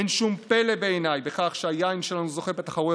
אין שום פלא בעיניי בכך שהיין שלנו זוכה בתחרויות